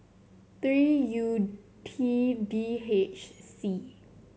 three U T D H C